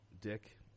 Dick